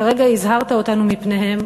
כרגע הזהרת אותנו מפניהם,